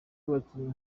abakinnyi